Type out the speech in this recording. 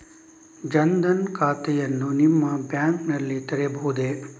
ಜನ ದನ್ ಖಾತೆಯನ್ನು ನಿಮ್ಮ ಬ್ಯಾಂಕ್ ನಲ್ಲಿ ತೆರೆಯಬಹುದೇ?